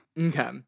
okay